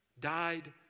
died